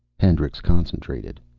hendricks concentrated.